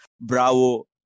bravo